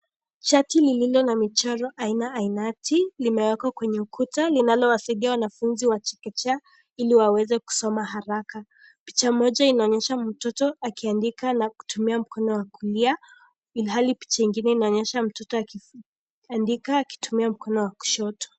Chati lililo na michoro aina ainati. Limewekwa kwenye ukuta linalowasaidia wanafunzi wa chekechea ili waweze kusoma haraka. Picha moja inaonyesha mtoto akiandika na kutuma mkono wa kulia, ilhali picha ingine inaonyesha mtoto akiandika akitumia mkono wa kushoto.